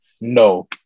No